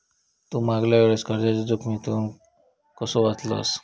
तू मागल्या वेळेस कर्जाच्या जोखमीतून कसो वाचलस